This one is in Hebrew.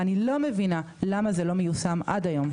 ואני לא מבינה למה זה לא מיושם עד היום.